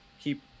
keep